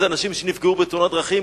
אם זה אנשים שנפגעו בתאונת דרכים.